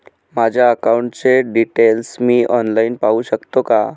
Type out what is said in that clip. माझ्या अकाउंटचे डिटेल्स मी ऑनलाईन पाहू शकतो का?